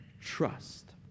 trust